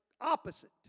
opposite